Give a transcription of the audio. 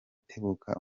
tebuka